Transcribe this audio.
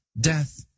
Death